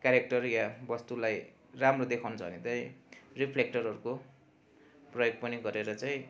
character वा वस्तुलाई राम्रो देखाउनु छ भने त्यही रिफ्लेक्टरहरूको प्रयोग पनि गरेर चाहिँ